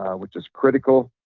which is critical,